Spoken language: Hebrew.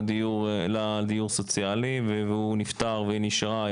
לדיור סוציאלי והוא נפטר והיא נשארה,